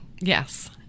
Yes